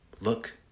Look